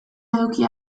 eduki